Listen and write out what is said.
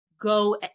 go